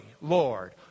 Lord